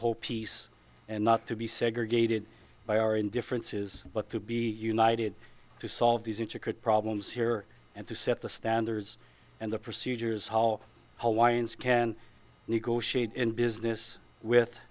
whole piece and not to be segregated by our indifferences but to be united to solve these intricate problems here and to set the standards and the procedures how how winds can negotiate in business with